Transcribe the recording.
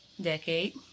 Decade